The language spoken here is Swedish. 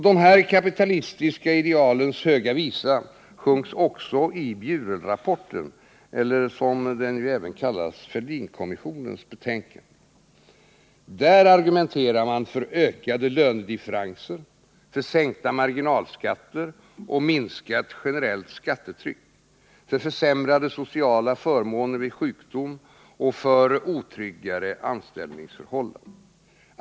De här kapitalistiska idealens höga visa sjungs också i Bjurel-rapportens, eller som den ju även kallas, Fälldin-kommissionens, betänkande. Där argumenterar man för ökade lönedifferenser, sänkta marginalskatter och minskat generellt skattetryck, för försämrade sociala förmåner vid sjukdom och för otryggare anställningsförhållanden.